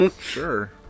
sure